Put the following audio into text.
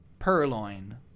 Purloin